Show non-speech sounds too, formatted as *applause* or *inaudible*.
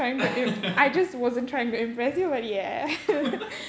*laughs*